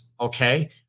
Okay